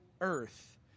earth